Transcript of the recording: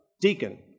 deacon